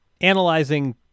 analyzing